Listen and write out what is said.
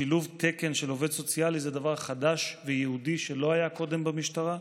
שילוב תקן של עובד סוציאלי זה דבר חדש וייעודי שלא היה קודם במשטרה.